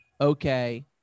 okay